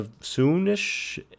soon-ish